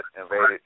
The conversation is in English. invaded